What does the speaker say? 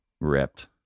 ripped